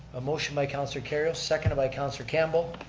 a motion by councilor kerrio, seconded by councilor campbell,